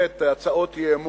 אחריו, חברת הכנסת דליה איציק.